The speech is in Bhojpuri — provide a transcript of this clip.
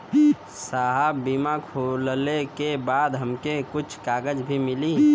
साहब बीमा खुलले के बाद हमके कुछ कागज भी मिली?